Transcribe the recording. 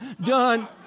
Done